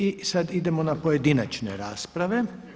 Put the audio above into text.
I sada idemo na pojedinačne rasprave.